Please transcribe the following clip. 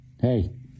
Hey